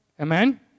Amen